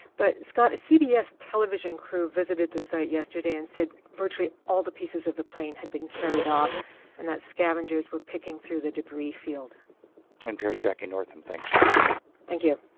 but, scott, a cbs television crew visited the site yesterday and said virtually all the pieces of the plane had been carried off and that scavengers were picking through the debris field npr's jackie northam, thanks so much thank you